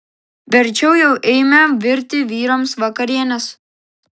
verčiau jau eime virti vyrams vakarienės